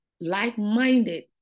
like-minded